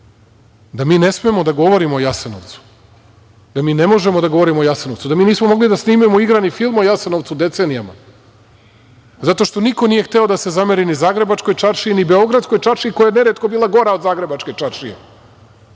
da mi ne smemo da govorimo o Jasenovcu, da mi ne možemo da govorimo o Jasenovcu, da mi nismo mogli da snimimo igrani film o Jasenovcu decenijama, zato što niko nije hteo da se zameri ni zagrebačkoj čaršiji, ni beogradskoj čaršiji koja je neretko bila gora od zagrebačke čaršije.